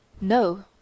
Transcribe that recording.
No